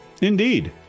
Indeed